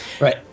right